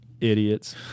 idiots